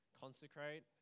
Consecrate